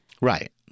right